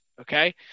okay